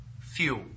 fuel